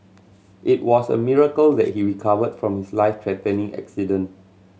it was a miracle that he recovered from his life threatening accident